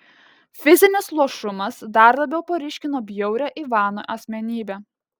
fizinis luošumas dar labiau paryškino bjaurią ivano asmenybę